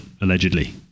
allegedly